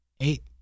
Eight